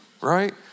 Right